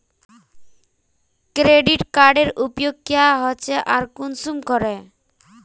Credit कार्डेर उपयोग क्याँ होचे आर कुंसम करे?